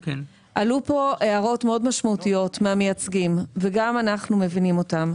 עלו פה הערות מאוד משמעותיות מהמייצגים וגם אנחנו מבינים אותן,